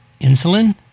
insulin